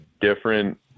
different